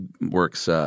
works –